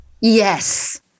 Yes